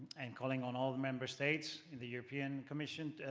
and calling on all the member states in the european commission,